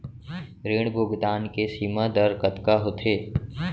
ऋण भुगतान के सीमा दर कतका होथे?